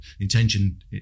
intention